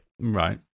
Right